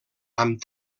amb